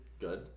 Good